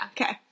Okay